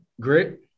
Great